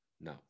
No